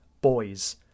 boys